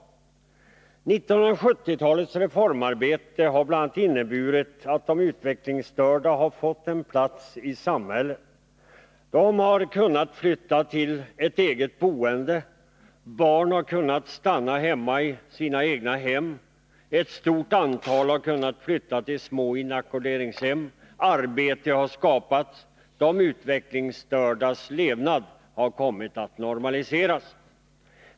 1970-talets reformarbete har bl.a. inneburit att de utvecklingsstörda har Nr 41 fått en plats i samhället. De har kunnat flytta till ett eget boende. Barn har kunnat stanna i sina egna hem. Ett stort antal har kunnat flytta till små inackorderingshem. Arbete har skapats. De utvecklingsstördas levnad har kommit att normaliseras.